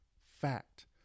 Fact